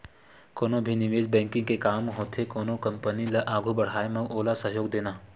कोनो भी निवेस बेंकिग के काम होथे कोनो कंपनी ल आघू बड़हाय म ओला सहयोग देना